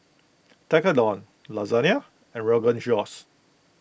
Tekkadon Lasagne and Rogan Josh